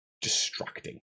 distracting